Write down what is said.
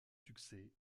succès